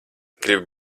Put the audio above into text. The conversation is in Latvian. gribi